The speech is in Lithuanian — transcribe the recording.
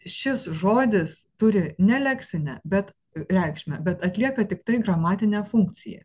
šis žodis turi ne leksinę bet reikšmę bet atlieka tiktai gramatinę funkciją